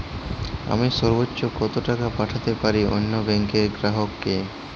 আমি সর্বোচ্চ কতো টাকা পাঠাতে পারি অন্য ব্যাংকের গ্রাহক কে?